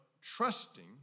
trusting